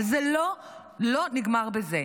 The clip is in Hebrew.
אבל זה לא נגמר בזה.